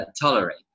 tolerate